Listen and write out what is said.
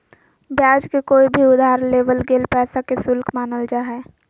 ब्याज के कोय भी उधार लेवल गेल पैसा के शुल्क मानल जा हय